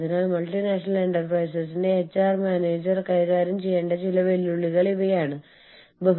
അതിനാൽ അളവിന്റ് ആഗോള സമ്പദ്വ്യവസ്ഥ എന്നതിനർത്ഥം ഒരേ ഉൽപ്പന്നം വലിയ സംഖ്യകളിൽ ഉൽപ്പാദിപ്പിക്കുക എന്നാണ്